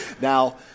Now